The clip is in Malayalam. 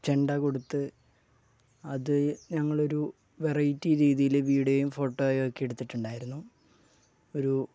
ചെണ്ട കൊടുത്ത് അത് ഞങ്ങൾ ഒരു വെറൈറ്റി രീതിയിൽ വീഡ്യോയും ഫോട്ടോയൊക്കെ എടുത്തിട്ടുണ്ടായിരുന്നു ഒരു